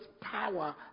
power